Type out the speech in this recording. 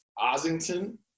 Ossington